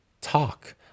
talk